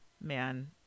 Man